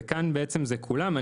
כשכאן זה כולם.